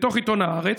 מתוך עיתון הארץ,